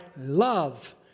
love